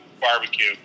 barbecue